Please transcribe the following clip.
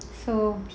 so